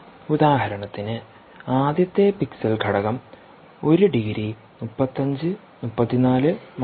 ഉദാഹരണത്തിന് ആദ്യത്തെ പിക്സൽ ഘടകം 1 ഡിഗ്രി 35 34 മാറുന്നു